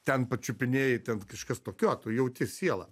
ten pačiupinėji ten kažkas tokio tu jauti sielą